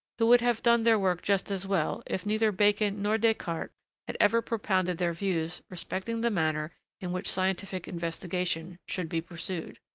who would have done their work just as well if neither bacon nor descartes had ever propounded their views respecting the manner in which scientific investigation should be pursued.